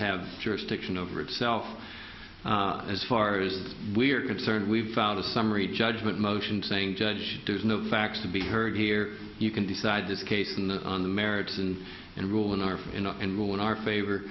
have jurisdiction over itself as far as we're concerned we've found a summary judgment motion saying judge there's no facts to be heard here you can decide this case on the merits and enroll in our role in our favor